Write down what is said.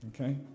Okay